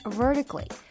vertically